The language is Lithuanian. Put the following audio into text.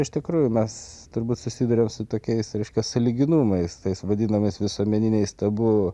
iš tikrųjų mes turbūt susiduriam su tokiais reiškia sąlyginumais tais vadinamais visuomeniniais tabu